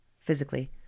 physically